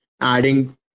adding